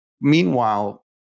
meanwhile